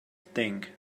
think